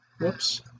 whoops